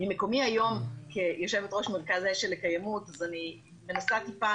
ממקומי היום כיושבת ראש מרכז השל לקיימות אני מנסה טיפה